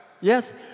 Yes